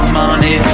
money